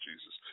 jesus